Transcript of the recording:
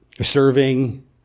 Serving